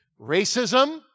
Racism